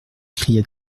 cria